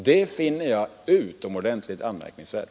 Det finner jag utomordentligt anmärkningsvärt.